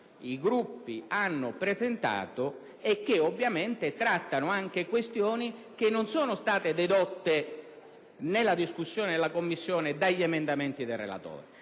i Gruppi hanno presentato e che ovviamente trattano anche questioni che non sono state dedotte nella discussione in Commissione dagli emendamenti del relatore.